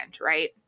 right